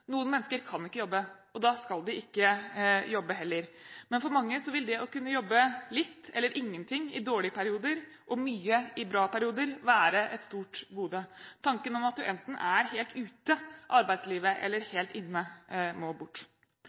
Noen mennesker kan ikke jobbe. Da skal de ikke jobbe heller. Men for mange vil det å kunne jobbe litt, eller ingenting i dårlige perioder og mye i bra perioder, være et stort gode. Tanken om at man enten er helt ute av arbeidslivet, eller helt inne, må bort.